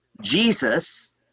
jesus